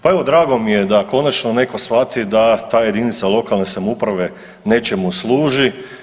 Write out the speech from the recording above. Pa evo, drago mi je da je konačno netko shvatio da ta jedinica lokalne samouprave nečemu služi.